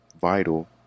vital